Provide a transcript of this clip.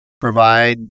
provide